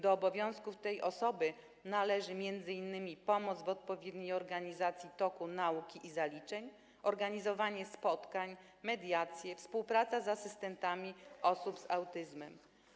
Do obowiązków tej osoby należy m.in. pomoc w odpowiedniej organizacji toku nauki i zaliczeń, organizowanie spotkań, mediacje, współpraca z asystentami osób z autyzmem.